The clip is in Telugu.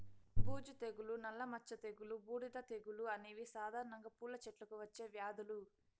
బూజు తెగులు, నల్ల మచ్చ తెగులు, బూడిద తెగులు అనేవి సాధారణంగా పూల చెట్లకు వచ్చే వ్యాధులు